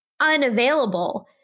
unavailable